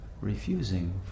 refusing